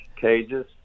cages